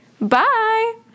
Bye